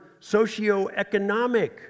socioeconomic